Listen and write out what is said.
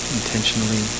intentionally